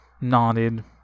nodded